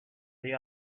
the